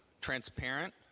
Transparent